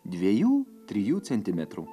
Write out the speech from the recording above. dviejų trijų centimetrų